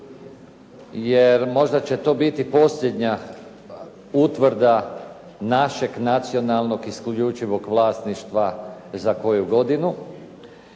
Jer možda će to biti posljednja utvrda našeg nacionalnog isključivog vlasništva za koju godinu.